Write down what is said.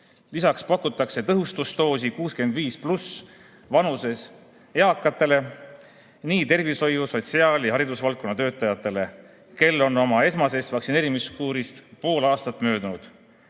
Lisaks pakutakse tõhustusdoosi 65+ vanuses eakatele ja tervishoiu-, sotsiaal- ja haridusvaldkonna töötajatele, kel on oma esmasest vaktsineerimiskuurist pool aastat möödunud. Peame